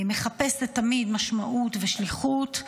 מחפשת תמיד משמעות ושליחות.